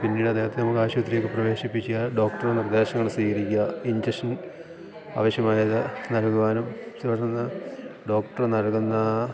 പിന്നീട് അദ്ദേഹത്തെ നമുക്ക് ആശുപത്രിയിലേക്ക് പ്രവേശിപ്പിക്കുക ഡോക്ടറുടെ നിർദ്ദേശങ്ങൾ സ്വീകരിക്കുക ഇഞ്ചക്ഷൻ ആവശ്യമായത് നൽകുവാനും തുടർന്ന് ഡോക്ടറ് നൽകുന്ന